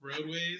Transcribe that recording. roadways